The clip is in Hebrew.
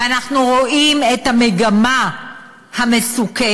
ואנחנו רואים את המגמה המסוכנת,